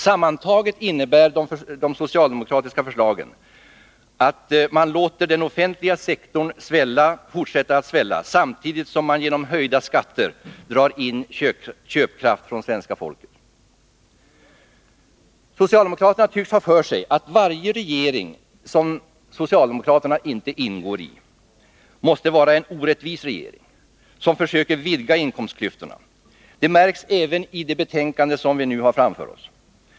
Sammantaget innebär socialdemokraternas förslag att de låter den offentliga sektorn fortsätta att svälla, samtidigt som de genom höjda skatter drar in köpkraft från svenska folket. Socialdemokraterna tycks ha för sig att varje regering som socialdemokraterna inte ingår i måste vara en orättvis regering som försöker vidga inkomstklyftorna. Det märks även i det betänkande som vi nu har framför oss.